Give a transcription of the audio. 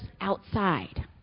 outside